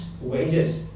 wages